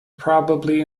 probably